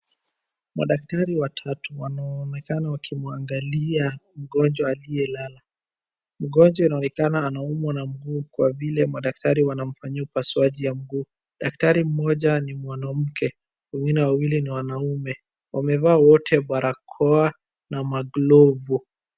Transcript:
Madaktari watatu wanaooneka wakimuangalia mgonjwa aliye lala. Mgonjwa inaonekana anaumwa na mguu kwa vile madaktari wanamfanyiwa upasuaji ya mguu. Daktari mmoja ni mwanamke. Wengine wawili ni wanaume. Wamevaa wote barakoa na maglovu.